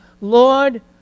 Lord